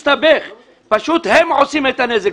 הם עושים את הנזק.